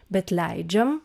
bet leidžiam